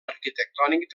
arquitectònic